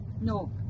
No